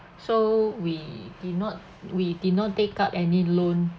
so we did not we did not take up any loan